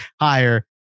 higher